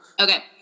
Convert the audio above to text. Okay